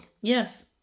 Yes